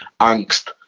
angst